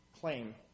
claim